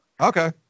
Okay